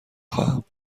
خواهم